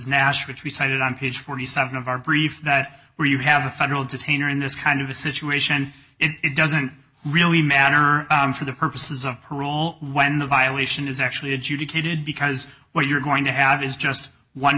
nash which we cited on page forty seven of our brief that where you have a federal detainer in this kind of a situation it doesn't really matter for the purposes of parole when the violation is actually adjudicated because what you're going to have is just one